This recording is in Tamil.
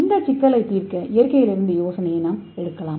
இந்த சிக்கலை தீர்க்க இயற்கையிலிருந்து யோசனையை நாம் எடுக்கலாம்